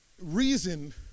reason